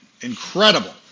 incredible